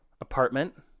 apartment